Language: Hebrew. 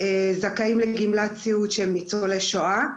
זכאים לגמלת סיעוד שהם ניצולי שואה.